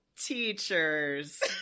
teachers